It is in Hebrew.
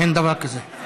אין דבר כזה.